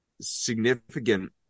significant